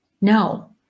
No